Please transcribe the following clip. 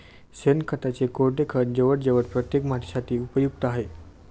शेणखताचे कोरडे खत जवळजवळ प्रत्येक मातीसाठी उपयुक्त आहे